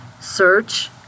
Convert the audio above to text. search